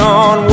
on